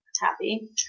happy